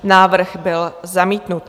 Návrh byl zamítnut.